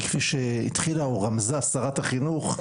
כי כפי שהתחילה או רמזה שרת החינוך,